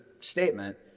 statement